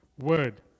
Word